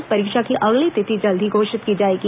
इस परीक्षा की अगली तिथि जल्द ही घोषित की जाएगी